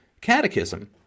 Catechism